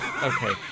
Okay